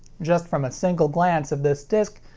just from a single glance of this disc,